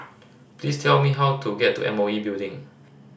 please tell me how to get to M O E Building